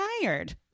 tired